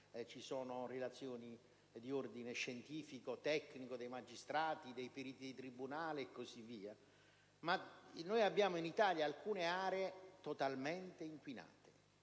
condanne, relazioni di ordine scientifico e tecnico di magistrati e di periti dei tribunali. Noi abbiamo in Italia alcune aree totalmente inquinate.